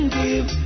give